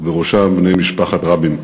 ובראשם בני משפחת רבין,